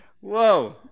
Whoa